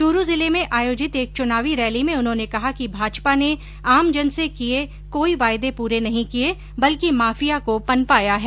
चूरू जिले में आयोजित एक चुनावी रैली में उन्होंने कहा कि भाजपा ने आमजन से किये कोई वायदे पूरे नहीं किये बल्कि माफिया को पनपाया है